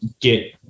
get